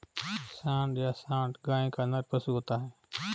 सांड या साँड़ गाय का नर पशु होता है